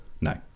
No